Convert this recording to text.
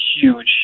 huge